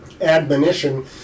admonition